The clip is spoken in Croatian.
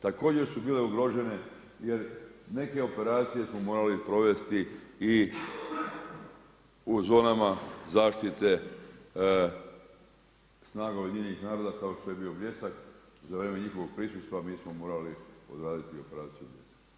Također su bile ugrožene, jer neke operacije smo morali provesti i u zonama zaštite snaga UN, kao što je bio Bljesak, za vrijeme njihovog prisustva, mi smo morali odraditi operaciju Bljesak.